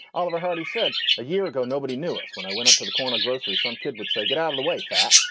oliver hardy said a year ago, nobody knew us. when i went up to the corner grocery, some kid would say, get out of the way, fat.